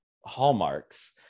hallmarks